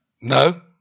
No